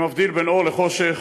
שמבדיל בין אור לחושך,